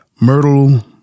Myrtle